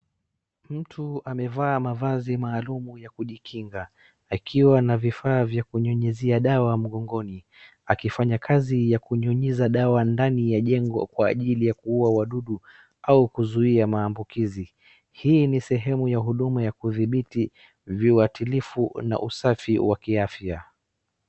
Mtu amevaa mavazi maalum ya kujikinga . Akiwa na vifaa vya kunyunyuzia dawa mgogoni. Akifanya kazi kunyunyiza dawa ndani ni ya jengo kwa ajili ya kuua wadudu au kuzuia mapuukizi. Hii ni sehemu ya huduma ya kudhibiti viatirifu na usafi kwa kiafya.